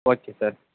okay sir